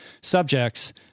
subjects